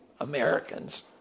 Americans